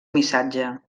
missatge